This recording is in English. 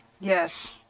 Yes